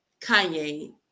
Kanye